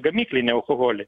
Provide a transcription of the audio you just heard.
gamyklinį alkoholį